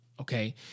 okay